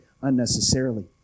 unnecessarily